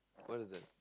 according to the